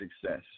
success